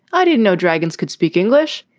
i didn't know dragons could speak english.